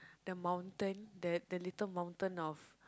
the mountain the little mountain of